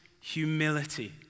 humility